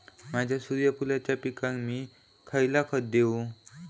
माझ्या सूर्यफुलाच्या पिकाक मी खयला खत देवू?